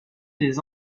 des